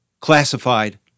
classified